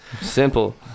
simple